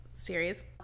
series